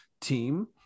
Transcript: team